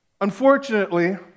unfortunately